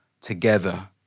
together